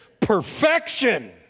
perfection